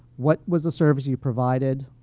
what was the service you provided,